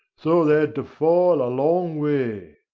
so they had to fall a long way.